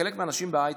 חלק מהאנשים בהייטק,